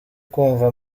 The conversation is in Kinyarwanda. kumva